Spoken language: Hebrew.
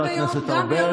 חבר הכנסת ארבל,